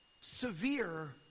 severe